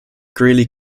greeley